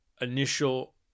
initial